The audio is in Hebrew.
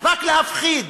רק להפחיד,